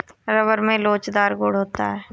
rubber में लोचदार गुण होता है